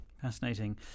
Fascinating